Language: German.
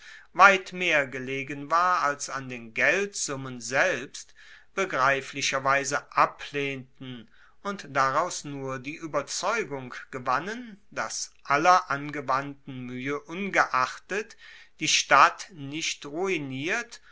weit mehr gelegen war als an den geldsummen selbst begreiflicherweise ablehnten und daraus nur die ueberzeugung gewannen dass aller angewandten muehe ungeachtet die stadt nicht ruiniert